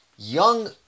Young